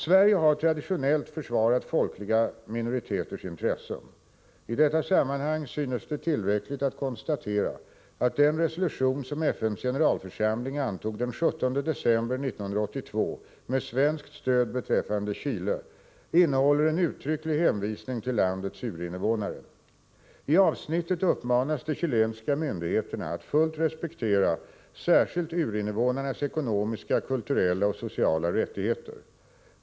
Sverige har traditionellt försvarat folkliga minoriteters intressen. I detta sammanhang synes det tillräckligt att konstatera att den resolution som FN:s generalförsamling antog den 17 december 1982 med svenskt stöd beträffande Chile innehåller en uttrycklig hänvisning till landets urinvånare. I avsnittet uppmanas de chilenska myndigheterna att fullt respektera särskilt urinvånarnas ekonomiska, kulturella och sociala rättigheter.